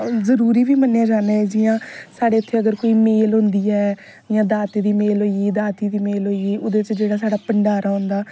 जरुरी बी मन्नेआ जना न जियां साढ़ इत्थै अगर कोई मेल होंदी ऐ जा दाते दी मेल होई गेई जां दाती दी मेल होई गेई ओहदे च साढ़ा जेहड़ा भंडारा होंदा